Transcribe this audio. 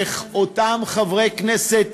איך אותם חברי כנסת,